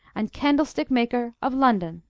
and candlestick-maker of london.